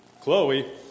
Chloe